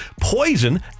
Poison